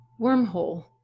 wormhole